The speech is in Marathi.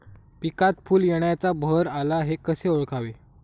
पिकात फूल येण्याचा बहर आला हे कसे ओळखावे?